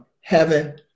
heaven